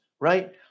right